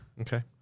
Okay